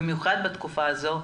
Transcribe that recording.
במיוחד בתקופה הזו,